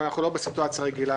אבל אנחנו לא בסיטואציה רגילה,